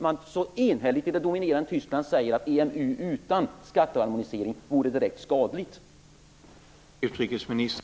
I det dominerande Tyskland sägs det enhälligt att EMU utan skatteharmonisering vore direkt skadligt.